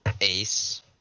Ace